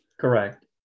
Correct